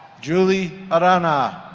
julie arana.